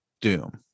Doom